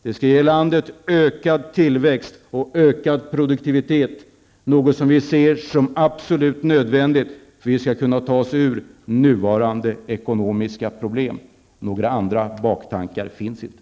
Det skall ge landet tillväxt och ökad produktivitet, något som vi ser som absolut nödvändigt för att vi skall kunna ta oss ur nuvarande ekonomiska problem. Några andra baktankar finns inte.